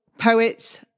poets